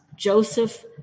Joseph